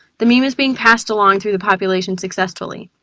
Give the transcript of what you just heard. the meme is being passed along through the population successfully.